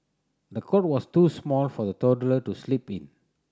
the cot was too small for the toddler to sleep in